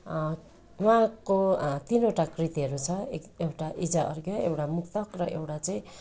उहाँको तिनवटा कृतिहरू छ एउटा इजा अर्घ एउटा मुक्तक र एउटा चाहिँ